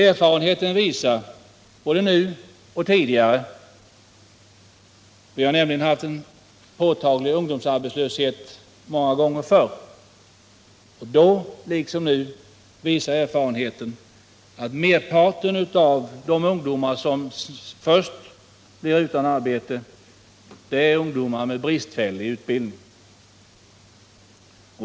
Erfarenheten både nu och tidigare — vi har nämligen haft en påtaglig ungdomsarbetslöshet många gånger förr — visar att merparten av de ungdomar som först blir utan arbete är ungdomar med bristfällig utbildning.